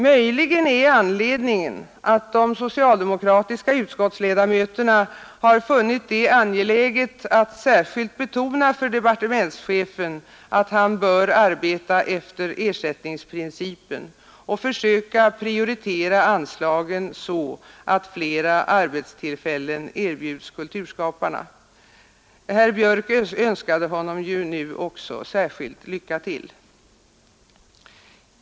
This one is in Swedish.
Möjligen är anledningen att de socialdemokratiska utskottsledamöterna har funnit det angeläget att särskilt betona för departementschefen att han bör arbeta efter ersättningsprincipen och söka prioritera anslagen så att flera arbetstillfällen erbjuds kulturskaparna. Herr Björk önskade honom nu också särskilt lycka till.